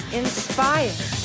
inspired